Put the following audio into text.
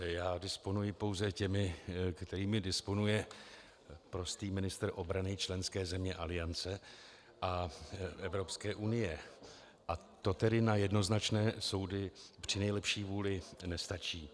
Já disponuji pouze těmi, kterými disponuje prostý ministr obrany členské země Aliance a Evropské unie, a to tedy na jednoznačné soudy při nejlepší vůli nestačí.